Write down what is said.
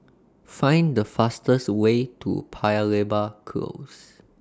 Find The fastest Way to Paya Lebar Close